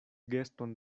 geston